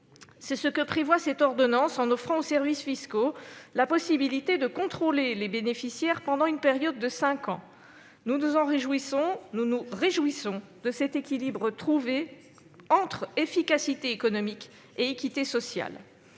C'est ce que prévoit cette ordonnance, en offrant aux services fiscaux la possibilité de contrôler les bénéficiaires pendant une période de cinq ans. Nous nous en réjouissons. Nous nous félicitons de l'équilibre trouvé entre efficacité économique et équité sociale.